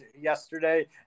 yesterday